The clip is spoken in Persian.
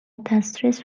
دسترس